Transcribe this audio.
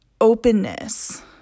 Openness